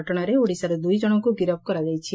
ଘଟଶାରେ ଓଡ଼ିଶାରୁ ଦୁଇଜଣଙ୍କୁ ଗିରଫ କରାଯାଇଛି